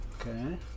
Okay